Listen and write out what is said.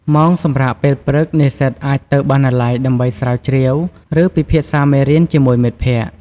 ម៉ោងសម្រាកពេលព្រឹក និស្សិតអាចទៅបណ្ណាល័យដើម្បីស្រាវជ្រាវ ឬពិភាក្សាមេរៀនជាមួយមិត្តភក្តិ។